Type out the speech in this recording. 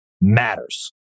matters